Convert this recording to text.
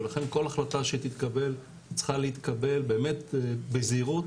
לכן כל החלטה שתתקבל צריכה להתקבל בזהירות